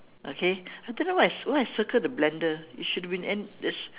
okay I don't know why I why I circle the blender it should have been and there's